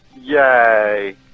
Yay